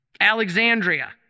Alexandria